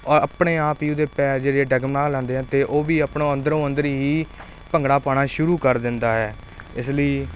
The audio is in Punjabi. ਔ ਆਪਣੇ ਆਪ ਹੀ ਉਸ ਦੇ ਪੈਰ ਜਿਹੜੇ ਡਗਮਗਾਉਣ ਲੱਗ ਜਾਂਦੇ ਹਨ ਅਤੇ ਉਹ ਵੀ ਆਪਣਾ ਅੰਦਰੋਂ ਅੰਦਰੀ ਹੀ ਭੰਗੜਾ ਪਾਉਣਾ ਸ਼ੁਰੂ ਕਰ ਦਿੰਦਾ ਹੈ ਇਸ ਲਈ